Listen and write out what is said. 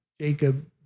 Jacob